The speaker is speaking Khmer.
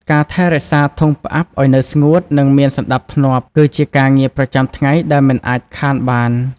ការថែរក្សា ធុងផ្អាប់ឱ្យនៅស្ងួត និងមានសណ្តាប់ធ្នាប់គឺជាការងារប្រចាំថ្ងៃដែលមិនអាចខានបាន។